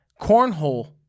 cornhole